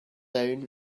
down